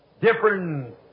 different